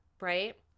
right